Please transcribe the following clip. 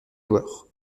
joueurs